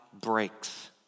breaks